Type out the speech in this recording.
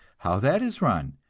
how that is run.